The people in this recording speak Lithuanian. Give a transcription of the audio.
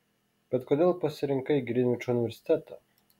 bet kodėl pasirinkai grinvičo universitetą